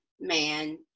man